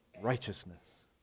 righteousness